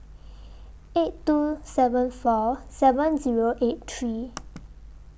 eight two seven four seven Zero eight three